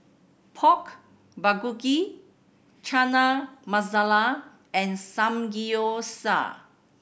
Pork Bulgogi Chana Masala and Samgeyopsal